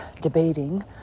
debating